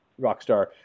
Rockstar